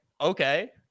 okay